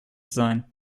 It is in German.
sein